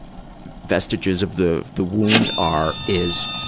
vestiges of the the wounds are, is,